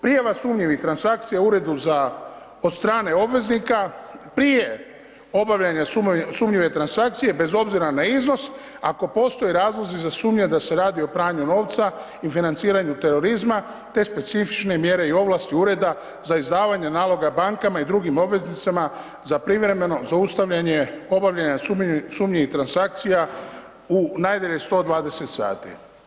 Prijava sumnjivih transakcija uredu za, od strane obveznika prije obavljanja sumnjive transakcije bez obzira na iznos ako postoje razlozi za sumnje da se radi o pranju novca i financiranju terorizma te specifične mjere i ovlasti ureda za izdavanje naloga bankama i drugim obveznicima za privremeno zaustavljanje obavljanja sumnjivih transakcija u najdalje 120 sati.